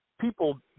people